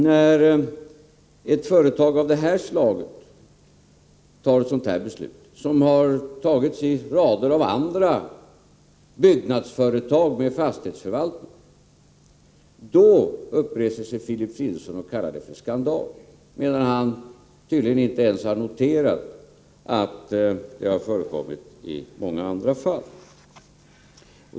När ett företag av det här slaget fattar ett sådant här beslut — som har fattats i rader av andra byggnadsföretag med fastighetsförvaltning — uppreser sig Filip Fridolfsson och kallar det skandal, medan han tydligen inte ens har noterat att det har förekommit i många andra fall.